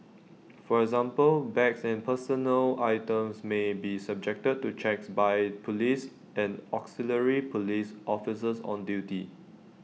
for example bags and personal items may be subjected to checks by Police and auxiliary Police officers on duty